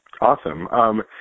Awesome